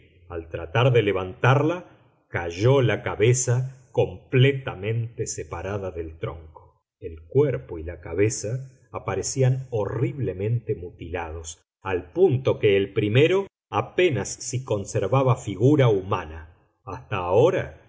al tratar de levantarla cayó la cabeza completamente separada del tronco el cuerpo y la cabeza aparecían horriblemente mutilados al punto que el primero apenas si conservaba figura humana hasta ahora